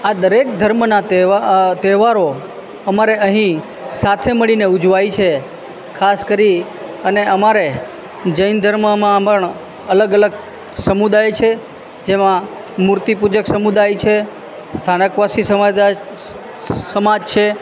આ દરેક ધર્મના તહે તહેવારો અમારે અહીં સાથે મળીને ઉજવાય છે ખાસ કરી અને અમારે જૈન ધર્મમાં પણ અલગ અલગ સમુદાય છે જેમાં મૂર્તિપૂજક સમુદાય છે સ્થાનકવાસી સમાજા સમાજ છે